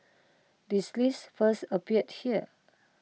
this list first appeared here